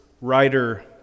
writer